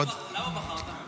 למה בחרת?